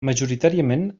majoritàriament